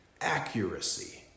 accuracy